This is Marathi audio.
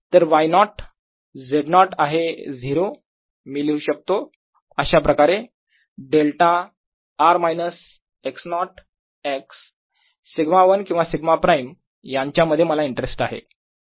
तर y नॉट z नॉट आहे 0 मी लिहू शकतो अशा प्रकारे delta r minus x naught x σ1 किंवा σ1 प्राईम याच्यामध्ये मला इंटरेस्ट आहे